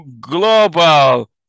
global